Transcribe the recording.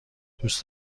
دوست